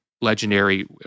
legendary